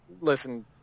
listen